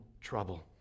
trouble